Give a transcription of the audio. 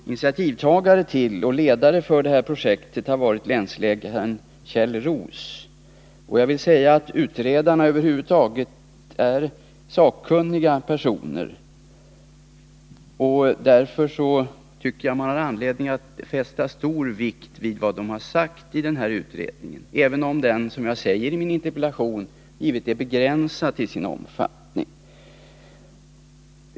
Initiativtagare till och ledare för detta projekt har varit länsläkaren Kjell-Erik Roos. Utredarna är sakkunniga personer, och man har därför anledning att fästa stor vikt vid vad de har sagt i sitt betänkande, även om undersökningen, som jag sagt i min interpellation, är begränsad till sin omfattning.